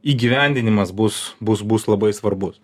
įgyvendinimas bus bus bus labai svarbus